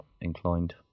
inclined